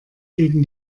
gegen